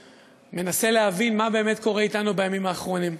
שמנסה להבין מה באמת קורה אתנו בימים האחרונים.